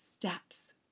steps